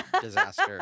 disaster